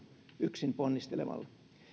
yksin ponnistelemalla